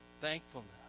thankfulness